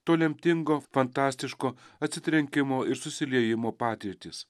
to lemtingo fantastiško atsitrenkimo ir susiliejimo patirtys